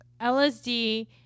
LSD